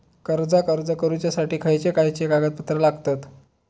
कर्जाक अर्ज करुच्यासाठी खयचे खयचे कागदपत्र लागतत